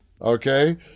okay